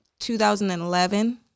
2011